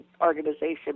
organization